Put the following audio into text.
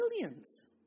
billions